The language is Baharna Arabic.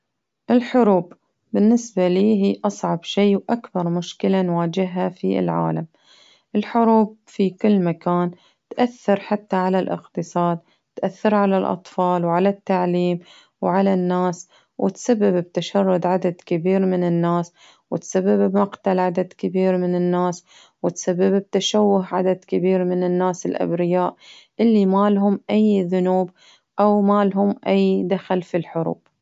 الحروب بالنسبة لي هي أصعب شي، وأكثر مشكلة نواجهها في العالم، الحروب في كل مكان تأثر حتى على الإقتصاد، تؤثر على الأطفال وعلى التعليم، وعلى الناس، وتسبب التشرد عدد كبير من الناس، وتسبب مقتل عدد من الناس، وتسبب التشوه عدد كبير من الناس الأبرياء اللي ما لهم أي ذنوب، أو ما لهم أي دخل في الحروب.